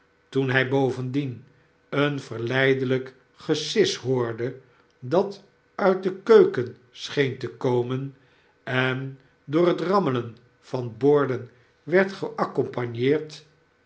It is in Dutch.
toen hij bovendien een verleidelijk gesis hoorde dat uit de keuken scheen te komen en door het rammelen van borden werd